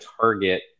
target